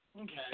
Okay